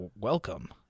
welcome